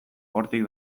hortik